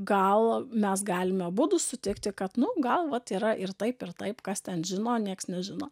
gal mes galime abudu sutikti kad nu gal vat yra ir taip ir taip kas ten žino nieks nežino